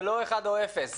זה לא אחד או אפס.